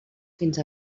fins